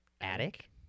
attic